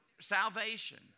salvation